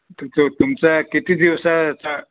तर तो तुमचा किती दिवसाचा